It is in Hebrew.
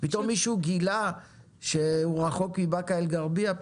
פתאום מישהו גילה שהוא רחוק מבאקה אל גרביה?